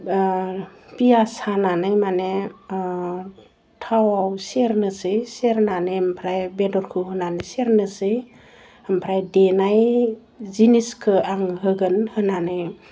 पियास हानानै मानि अह थावआव सेरनोसै सेरनानै ओमफ्राय बेदरखौ होनानै सेरनोसै ओमफ्राय देनाय जिनिसखौ आं होगोन होनानै